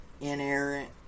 inerrant